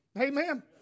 Amen